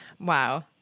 Wow